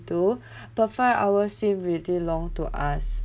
to but five hours seem really long to us